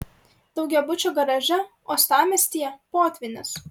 daugiabučio garaže uostamiestyje potvynis